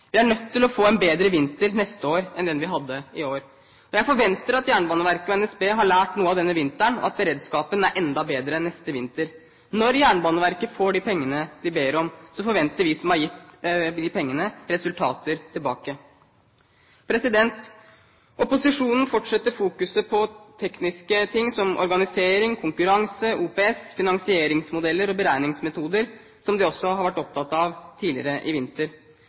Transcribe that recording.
Vi er nødt til å få en bedre vinter neste år enn den vi hadde i år. Jeg forventer at Jernbaneverket og NSB har lært noe av denne vinteren, og at beredskapen er enda bedre neste vinter. Når Jernbaneverket får de pengene de ber om, forventer vi som har gitt pengene, resultater tilbake. Opposisjonen fortsetter fokuset på tekniske ting som organisering, konkurranse, OPS, finansieringsmodeller og beregningsmetoder, som de også har vært opptatt av tidligere i vinter.